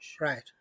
Right